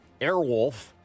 Airwolf